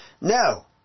no